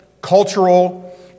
cultural